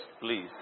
please